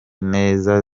neza